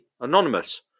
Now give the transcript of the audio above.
anonymous